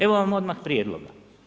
Evo vam odmah prijedloga.